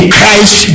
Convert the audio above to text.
Christ